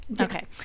Okay